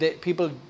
people